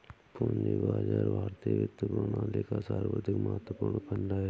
पूंजी बाजार भारतीय वित्तीय प्रणाली का सर्वाधिक महत्वपूर्ण खण्ड है